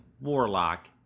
warlock